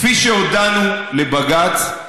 כפי שהודענו לבג"ץ,